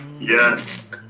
Yes